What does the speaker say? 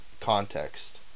context